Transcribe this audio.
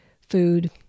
food